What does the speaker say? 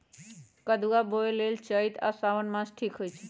कदुआ बोए लेल चइत आ साओन मास ठीक होई छइ